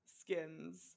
skins